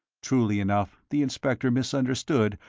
truly enough the inspector misunderstood,